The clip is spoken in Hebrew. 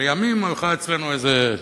ולימים הלכה אצלנו איזו אמירה,